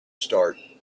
start